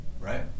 right